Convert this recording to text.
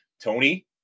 Tony